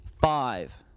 five